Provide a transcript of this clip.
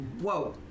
Whoa